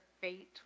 fate